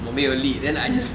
我没有力 then I just